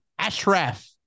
Ashraf